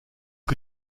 que